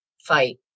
fight